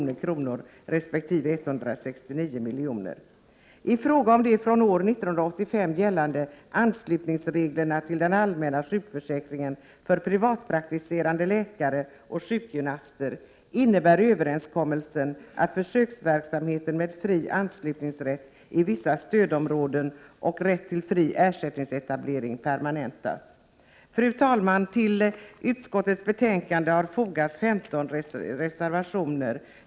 För åren 1988 och 1989 uppgår bidraget till 164 milj.kr. resp. 169 milj.kr. Fru talman! Till utskottets betänkande har fogats 15 reservationer.